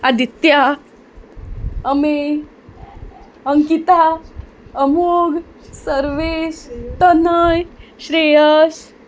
Aditya Ami Ankita Amul Sarvesh Tanay Shreyas